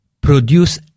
produce